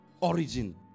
origin